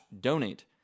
donate